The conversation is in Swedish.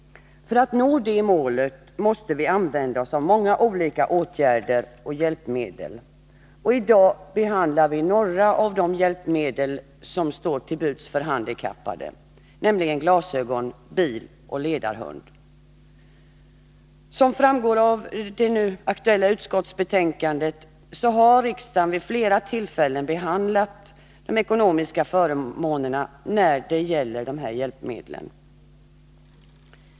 För att nå det målet måste vi använda oss av många olika åtgärder och hjälpmedel. I dag Nr 33 behandlar vi frågan om några av de hjälpmedel som står till buds för handikappade, nämligen glasögon, bil och ledarhund. Som framgår av det nu aktuella utskottsbetänkandet har riksdagen vid flera tillfällen behandlat de ekonomiska förmånerna när det gäller de här hjälpmedlen.